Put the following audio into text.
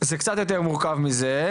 זה קצת יותר מורכב מזה,